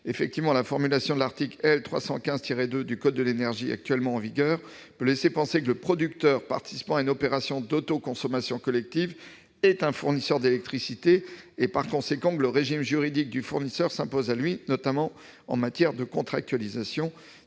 l'énergie. La formulation de l'article L. 315-2 du code de l'énergie actuellement en vigueur peut laisser penser que le producteur participant à une opération d'autoconsommation collective est un fournisseur d'électricité et, par conséquent, que le régime juridique du fournisseur s'impose à lui, notamment en matière de contractualisation.